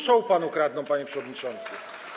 Show panu kradną, panie przewodniczący.